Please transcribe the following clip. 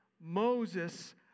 Moses